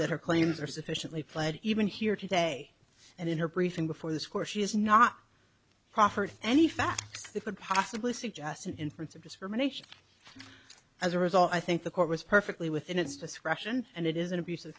that her claims are sufficiently pled even here today and in her briefing before this court she is not proffered any facts that could possibly suggest an inference of discrimination as a result i think the court was perfectly within its discretion and it is an abus